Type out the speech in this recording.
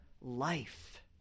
life